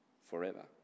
forever